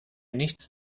nichts